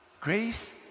Grace